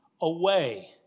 away